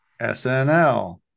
SNL